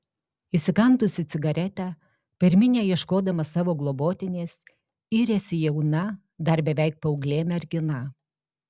įsikandusi cigaretę per minią ieškodama savo globotinės yrėsi jauna dar beveik paauglė mergina